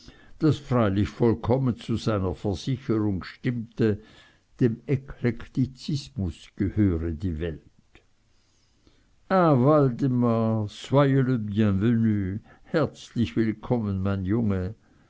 das freilich vollkommen zu seiner versicherung stimmte dem eklektizismus gehöre die welt ah waldemar soyez le bienvenu herzlich willkommen mein junge